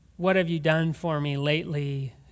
what-have-you-done-for-me-lately